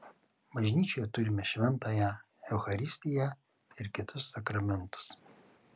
bažnyčioje turime šventąją eucharistiją ir kitus sakramentus